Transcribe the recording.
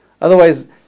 Otherwise